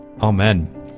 Amen